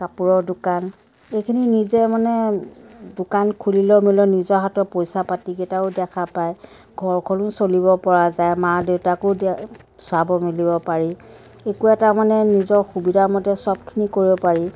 কাপোৰৰ দোকান এইখিনি নিজে মানে দোকান খুলিলে মেলিলেও নিজৰ হাতত পইচা পাতি কেইটাও দেখা পায় ঘৰখনো চলিব পৰা যায় মা দেউতাকো দিয়া চাব মেলিব পাৰি একো এটা মানে নিজৰ সুবিধা মতে চবখিনি কৰিব পাৰি